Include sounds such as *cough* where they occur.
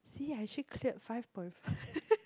see I actually cleared five point five *laughs*